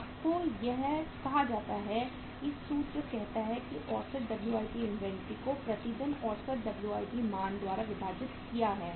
आपको यह कहा जाता है कि सूत्र कहता है कि औसत WIP इन्वेंटरी को प्रति दिन औसत WIP मान द्वारा विभाजित किया है